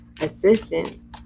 assistance